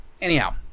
Anyhow